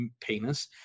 penis